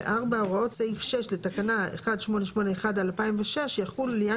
הוראות סעיף 6 לתקנה 1881/2006 יחולו לעניין